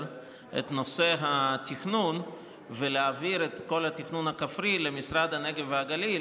את נושא התכנון ולהעביר את כל התכנון הכפרי למשרד הנגב והגליל,